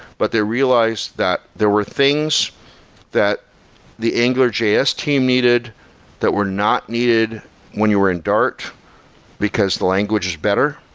but they realized that there were things that the angular js team needed that were not needed when you were in dart because the language is better.